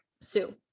Sue